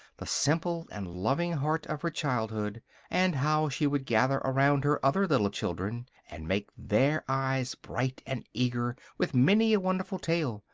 the simple and loving heart of her childhood and how she would gather around her other little children, and make their eyes bright and eager with many a wonderful tale,